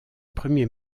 premiers